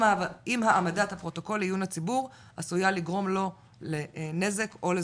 אם העמדת לפרוטוקול לעיון הציבור עשויה לגרום לו לנזק או לזולתו.